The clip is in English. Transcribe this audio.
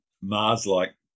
Mars-like